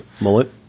Mullet